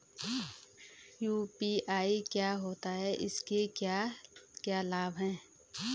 UPI क्या होता है इसके क्या क्या लाभ हैं?